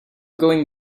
going